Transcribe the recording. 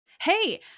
Hey